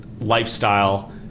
lifestyle